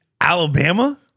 Alabama